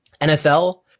NFL